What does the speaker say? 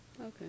Okay